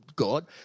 god